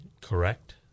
Correct